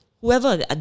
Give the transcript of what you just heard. whoever